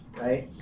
right